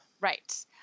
Right